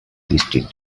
listened